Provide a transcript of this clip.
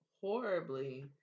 horribly